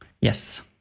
yes